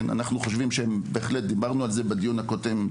אנחנו דיברנו על זה בדיון הקודם,